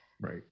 right